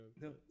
No